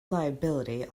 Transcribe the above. liability